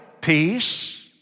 peace